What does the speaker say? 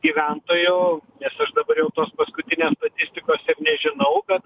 gyventojų nes aš dabar jau tos paskutinės statistikos ir nežinau bet